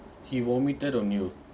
he vomited on you